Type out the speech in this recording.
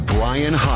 Brian